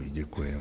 Děkuji.